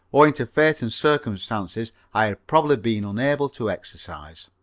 owing to fate and circumstances, i had probably been unable to exercise.